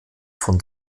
von